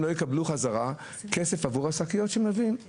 הרי זה לא פותר את הבעיה.